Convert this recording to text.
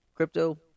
crypto